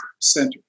Center